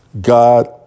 God